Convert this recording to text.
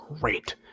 great